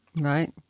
right